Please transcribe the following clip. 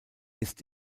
ist